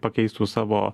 pakeistų savo